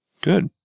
Good